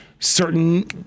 certain